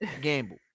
Gamble